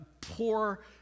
poor